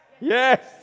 yes